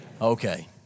Okay